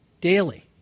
daily